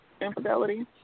infidelity